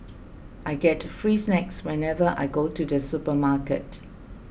I get free snacks whenever I go to the supermarket